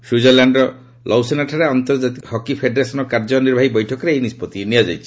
ସ୍ୱିଜରଲ୍ୟାଣ୍ଡର ଲୌସେନାଠାରେ ଆନ୍ତର୍ଜାତିକ ହକି ଫେଡେରେସନ୍ର କାର୍ଯ୍ୟ ନିର୍ବାହୀ ବୈଠକରେ ଏହି ନିଷ୍ପଭି ନିଆଯାଇଛି